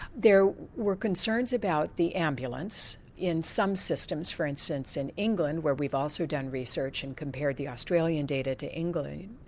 there were concerns about the ambulance. in some systems, for instance in england, where we've also done research and compared the australian data to england,